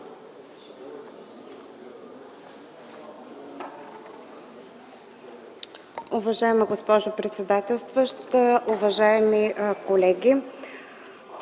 Уважаема госпожо председател, уважаеми колеги!